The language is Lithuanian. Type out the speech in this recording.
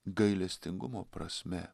gailestingumo prasme